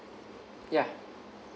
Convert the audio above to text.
ya